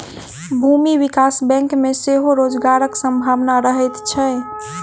भूमि विकास बैंक मे सेहो रोजगारक संभावना रहैत छै